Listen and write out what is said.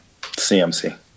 CMC